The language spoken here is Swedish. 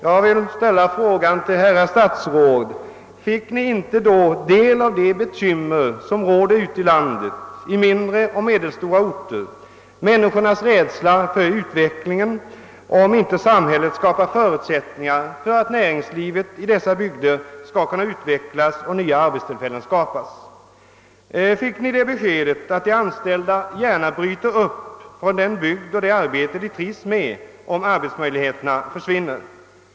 Jag vill fråga herrar statsråd: Fick ni inte då taga del av de bekymmer som man har ute i landet i mindre och medelstora orter? Lade ni inte märke till människornas rädsla för utvecklingen, om inte samhället skapar förutsättningar för att näringslivet i dessa bygder skall kunna utvecklas och nya arbetstillfällen skapas? Fick ni det beskedet att de anställda gärna bryter upp från den bygd och det arbete de trivs med, om arbetsmöjligheterna försvinner?